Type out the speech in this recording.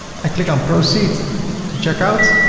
i click on proceed to checkout.